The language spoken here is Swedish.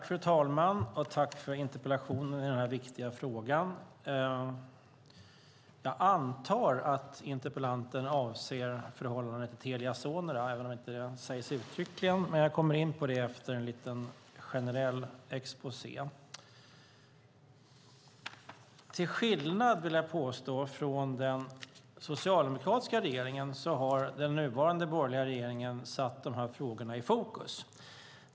Fru talman! Jag tackar för interpellationen i denna viktiga fråga. Jag antar att interpellanten avser förhållandet i Telia Sonera, även om det inte sägs uttryckligen. Jag kommer in på detta efter en generell exposé. Till skillnad från den socialdemokratiska regeringen, vill jag påstå, har den nuvarande borgerliga regeringen satt dessa frågor i fokus.